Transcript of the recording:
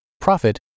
Profit